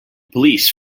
police